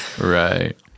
Right